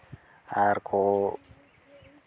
ᱟᱨ ᱠᱚ